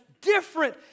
different